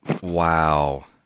wow